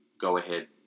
go-ahead